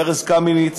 לארז קמיניץ,